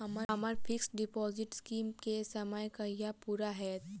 हम्मर fix deposit scheme केँ समय कहिया पूरा हैत?